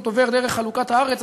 עובר דרך חלוקת הארץ,